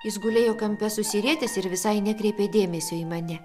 jis gulėjo kampe susirietęs ir visai nekreipė dėmesio į mane